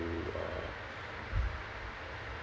to uh